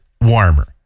warmer